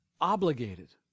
obligated